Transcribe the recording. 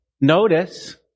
notice